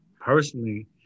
personally